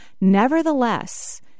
Nevertheless